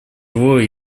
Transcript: его